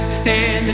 stand